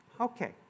okay